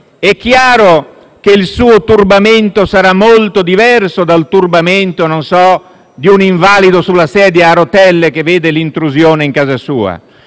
è chiaro che il suo turbamento sarà molto diverso da quello di un invalido sulla sedia a rotelle che vede l'intrusione in casa sua.